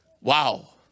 Wow